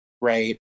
right